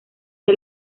que